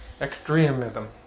extremism